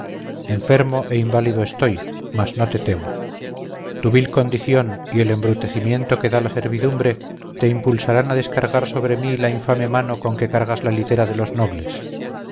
enfermo e inválido estoy mas no te temo tu vil condición y el embrutecimiento que da la servidumbre te impulsarán a descargar sobre mí la infame mano con que cargas la litera de los nobles